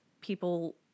people